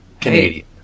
Canadian